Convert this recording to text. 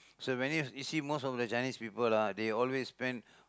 so when you you see most of the Chinese people ah they always spend